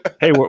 Hey